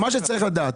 מה שצריך לדעת,